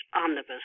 omnibus